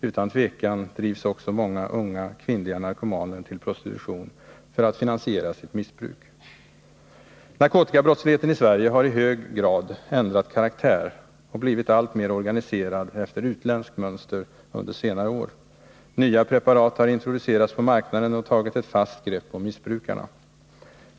Utan tvivel drivs också många unga kvinnliga narkomaner till prostitution för att finansiera sitt missbruk. Narkotikabrottsligheten i Sverige har i hög grad ändrat karaktär och blivit alltmer organiserad efter utländskt mönster under senare år. Nya preparat har introducerats på marknaden och tagit ett fast grepp om missbrukarna.